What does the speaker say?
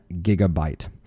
gigabyte